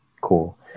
Cool